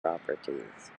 properties